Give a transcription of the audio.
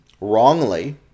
wrongly